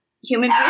human